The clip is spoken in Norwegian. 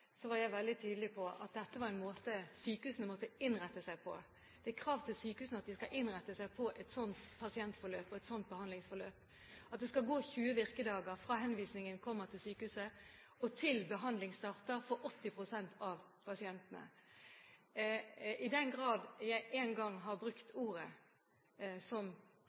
var jeg veldig tydelig på at dette var en måte sykehusene måtte innrette seg på. Det er krav til sykehusene om at de skal innrette seg på et sånt pasientforløp og et sånt behandlingsforløp, at det for 80 pst. av pasientene skal gå 20 virkedager fra henvisningen kommer til sykehuset, til behandling starter. I den grad jeg en gang har brukt ordet som